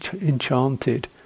enchanted